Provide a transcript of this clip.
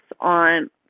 on